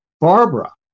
Barbara